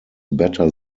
better